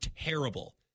terrible